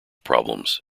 problems